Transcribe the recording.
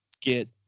get